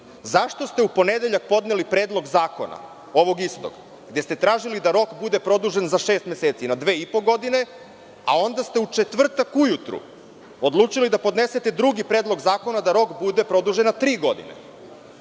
zašto ste u ponedeljak podneli Predlog zakona ovog istog gde ste tražili da rok bude prodižen za šest meseci na dve i po godine, a onda ste u četvrtak ujutru odlučili da podnesete drugi Predlog zakona i da rok bude produžen na tri godine?